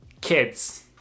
kids